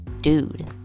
dude